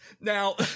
Now